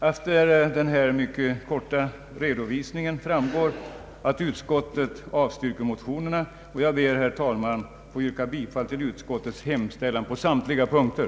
Av denna mycket korta redovisning framgår att utskottet avstyrker motionerna, och jag ber, herr talman, att få yrka bifall till utskottets hemställan på samtliga punkter.